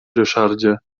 ryszardzie